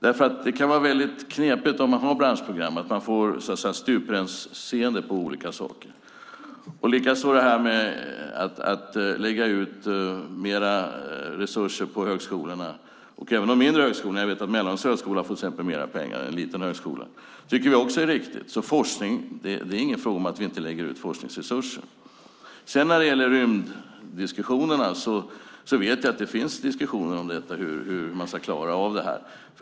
Det kan vara knepigt om man har branschprogram. Man får så att säga ett stuprörsseende på olika saker. Att lägga ut mer resurser på högskolorna, även på de mindre högskolorna, tycker vi också är riktigt. Jag vet att Mälardalens högskola, som är en liten högskola, har fått mer pengar. Det är alltså inte fråga om att vi inte lägger ut forskningsresurser. När det gäller rymdforskning vet jag att det finns diskussioner om hur man ska klara av detta.